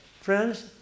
Friends